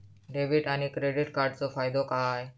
Debit आणि credit कार्डचो फायदो काय?